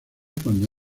cuando